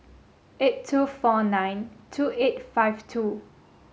eight two four nine two eight five two